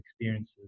experiences